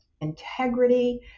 Integrity